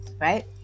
Right